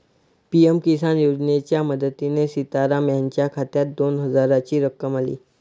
PM Kisan योजनेच्या मदतीने सीताराम यांच्या खात्यात दोन हजारांची रक्कम आली